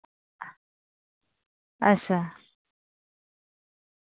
अच्छा